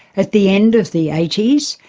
at the end of the eighties,